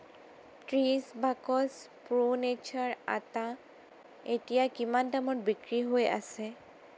ত্ৰিছ বাকচ pro nature আটা এতিয়া কিমান দামত বিক্ৰী হৈ আছে